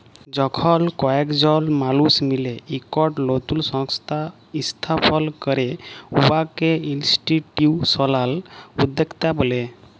যখল কয়েকজল মালুস মিলে ইকট লতুল সংস্থা ইস্থাপল ক্যরে উয়াকে ইলস্টিটিউশলাল উদ্যক্তা ব্যলে